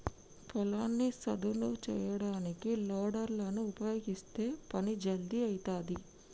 పొలాన్ని సదును చేయడానికి లోడర్ లను ఉపయీగిస్తే పని జల్దీ అయితది